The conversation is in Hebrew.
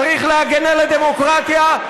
צריך להגן על הדמוקרטיה,